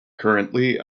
currently